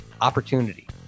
opportunity